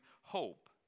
hope